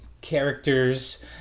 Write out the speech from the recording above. characters